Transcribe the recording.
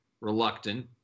reluctant